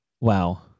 Wow